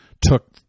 took